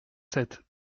sept